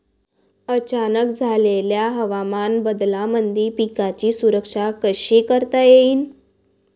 अचानक झालेल्या हवामान बदलामंदी पिकाची सुरक्षा कशी करता येईन?